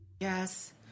Yes